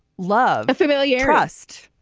love, familial trust.